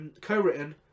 co-written